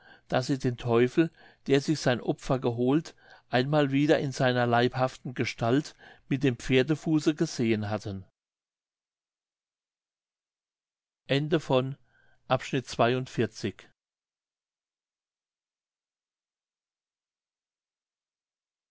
daß sie den teufel der sich sein opfer geholt einmal wieder in seiner leibhaften gestalt mit dem pferdefuße gesehen hatten